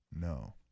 No